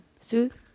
Soothe